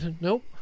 Nope